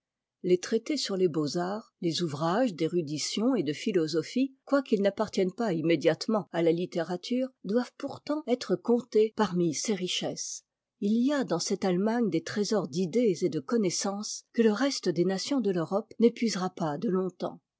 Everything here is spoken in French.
les traités sur les beaux-arts les ouvrages d'érudition et de philosophie quoiqu'ils n'appartiennent pas immédiatement à la littérature doivent pourtant être comptés parmi ses richesses il y a dans cette allemagne des trésors d'idées et de connaissances que te reste des nations de europe n'épuisera pas de longtemps